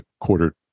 quarter